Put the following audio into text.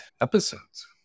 episodes